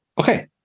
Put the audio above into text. Okay